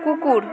কুকুর